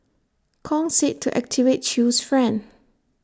Kong said to activate chew's friend